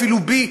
אפילו בי,